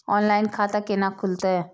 Online खाता केना खुलते?